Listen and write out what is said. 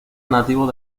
nativos